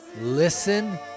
listen